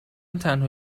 تنها